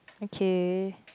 okay